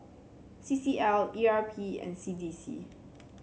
C C L E R P and C D C